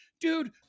dude